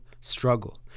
struggle